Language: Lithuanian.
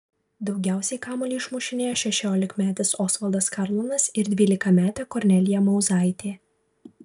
daugiausiai kamuolį išmušinėjo šešiolikmetis osvaldas karlonas ir dvylikametė kornelija mauzaitė